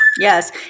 Yes